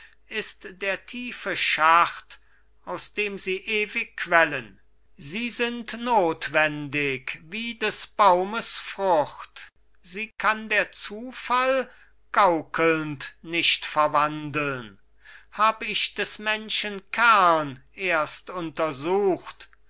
ist der tiefe schacht aus dem sie ewig quellen sie sind notwendig wie des baumes frucht sie kann der zufall gaukelnd nicht verwandeln hab ich des menschen kern erst untersucht